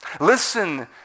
Listen